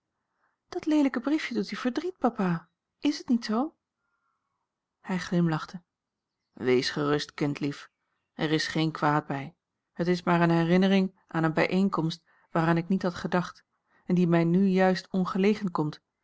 dat leelijke briefje doet u verdriet papa is het niet zoo a l g bosboom-toussaint langs een omweg hij glimlachte wees gerust kindlief er is geen kwaad bij het is maar eene herinnering aan eene bijeenkomst waaraan ik niet had gedacht en die mij nu juist ongelegen komt